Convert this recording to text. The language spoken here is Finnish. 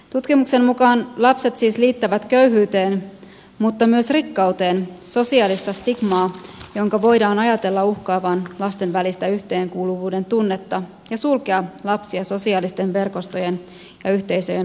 tutkimuksen mukaan lapset siis liittävät köyhyyteen mutta myös rikkauteen sosiaalista stigmaa jonka voidaan ajatella uhkaavan lasten välistä yhteenkuuluvuuden tunnetta ja sulkevan lapsia sosiaalisten verkostojen ja yhteisöjen ulkopuolelle